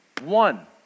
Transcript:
one